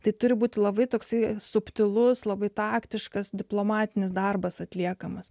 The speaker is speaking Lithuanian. tai turi būti labai toksai subtilus labai taktiškas diplomatinis darbas atliekamas